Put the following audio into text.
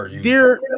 Dear